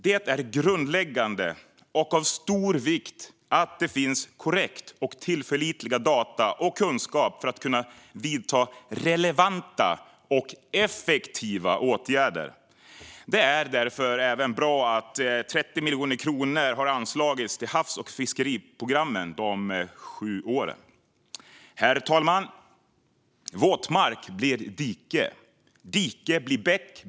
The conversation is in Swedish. Det är grundläggande och av stor vikt att det finns korrekta och tillförlitliga data och kunskaper för att kunna vidta relevanta och effektiva åtgärder. Det är därför även bra att 30 miljoner kronor har anslagits till havs och fiskeriprogrammet de kommande sju åren. Herr talman! Våtmark blir dike, och dike blir bäck.